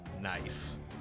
Nice